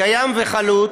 קיים וחלוט,